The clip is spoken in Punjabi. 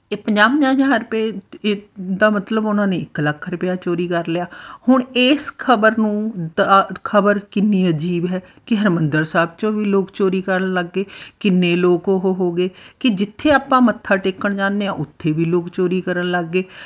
ਇਹ ਪੰਜਾਹ ਪੰਜਾਹ ਹਜ਼ਾਰ ਰੁਪਏ ਏ ਦਾ ਮਤਲਬ ਉਹਨਾਂ ਨੇ ਇੱਕ ਲੱਖ ਰੁਪਿਆ ਚੋਰੀ ਕਰ ਲਿਆ ਹੁਣ ਇਸ ਖ਼ਬਰ ਨੂੰ ਦਾ ਖ਼ਬਰ ਕਿੰਨੀ ਅਜੀਬ ਹੈ ਕਿ ਹਰਿਮੰਦਰ ਸਾਹਿਬ 'ਚੋਂ ਵੀ ਲੋਕ ਚੋਰੀ ਕਰਨ ਲੱਗ ਗਏ ਕਿੰਨੇ ਲੋਕ ਉਹ ਹੋ ਗਏ ਕਿ ਜਿੱਥੇ ਆਪਾਂ ਮੱਥਾ ਟੇਕਣ ਜਾਂਦੇ ਹਾਂ ਉੱਥੇ ਵੀ ਲੋਕ ਚੋਰੀ ਕਰਨ ਲੱਗ ਗਏ